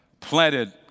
planted